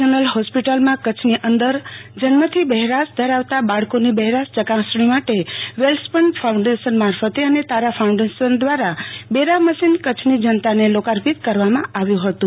general હોસ્પિટલમાં કચ્છની અંદર જન્મથી બહેરાશ ધરાવતા બાળકોની બહેરાશ ચકાસણી માટે વેલસ્પન ફાઉંડેશન મારફતે અને તારા ફાઉંડેશન દ્વારા બેરા મશીન કચ્છની જનતાને લોકાર્પિત કરવામાં આવ્યું ફતું